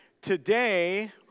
Today